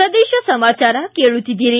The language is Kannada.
ಪ್ರದೇಶ ಸಮಾಚಾರ ಕೇಳುತ್ತಿದ್ದೀರಿ